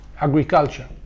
agriculture